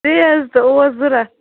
تی حظ تہٕ اوس ضوٚرَتھ